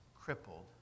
crippled